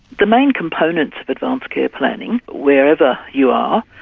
the main component of advance care planning, wherever you are,